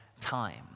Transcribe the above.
time